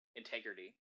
integrity